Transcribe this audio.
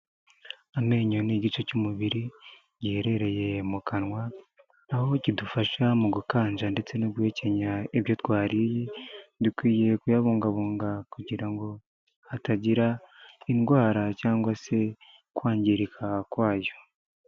Amenyo ni igice cy'umubiri giherereye mu kanwa, aho kidufasha mu gukanja ndetse no guhekenya ibyo twariye, dukwiye kuyabungabunga kugira ngo hatagira indwara cyangwa se kwangirika kwayo.